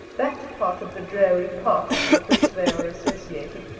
that part of the dreary past with which they are associated,